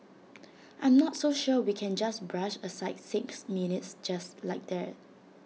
I'm not so sure we can just brush aside six minutes just like that